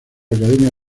academia